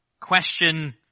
question